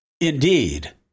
Indeed